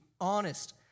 honest